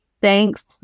Thanks